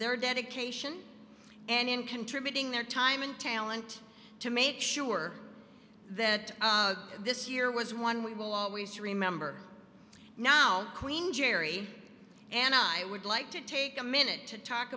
their dedication and in contributing their time and talent to make sure that this year was one we will always remember now queen gerry and i would like to take a minute to talk